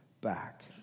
back